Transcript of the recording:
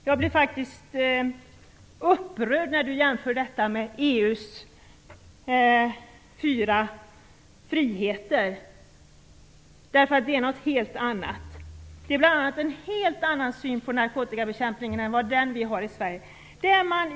Jag blir faktiskt upprörd när hon jämför detta med EU:s fyra friheter, därför att det är något helt annat. Avtalet innebär bl.a. en helt annan syn på narkotikabekämpningen än den vi har i Sverige.